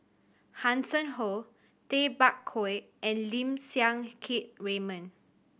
Hanson Ho Tay Bak Koi and Lim Siang Keat Raymond